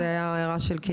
זה היה הערה של קינלי,